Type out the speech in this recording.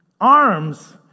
arms